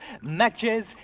matches